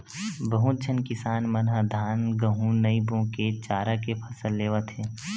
बहुत झन किसान मन ह धान, गहूँ नइ बो के चारा के फसल लेवत हे